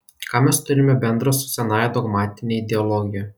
ką mes turime bendra su senąja dogmatine ideologija